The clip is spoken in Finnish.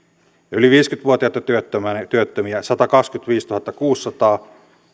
yli viisikymmentä vuotiaita työttömiä satakaksikymmentäviisituhattakuusisataa